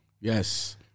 Yes